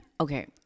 okay